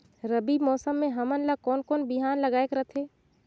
रबी मौसम मे हमन ला कोन कोन बिहान लगायेक रथे?